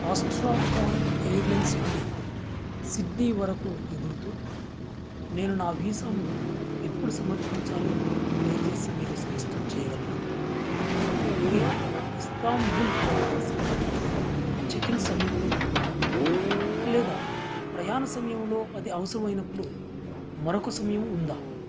Astrakhan airlines నుండి Sydney వరకు ఎగురుతూ నేను నా వీసాను ఎప్పుడు సమర్పించాలో దయచేసి మీరు స్పష్టం చేయగలరా ఇది ఇస్తాంబుల్ విమానాశ్రయం వద్ద చెక్ ఇన్ సమయంలో ఉంటుందా లేదా ప్రయాణ సమయంలో అది అవసరమైనప్పుడు మరొక సమయం ఉందా